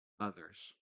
others